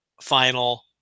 final